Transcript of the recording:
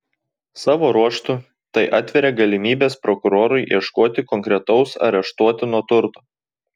savo ruožtu tai atveria galimybes prokurorui ieškoti konkretaus areštuotino turto